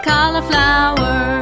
Cauliflower